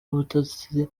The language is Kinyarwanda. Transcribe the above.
ubutasi